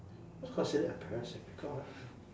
what's considered embarrassing my god